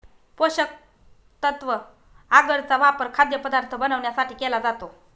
पोषकतत्व आगर चा वापर खाद्यपदार्थ बनवण्यासाठी केला जातो